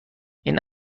این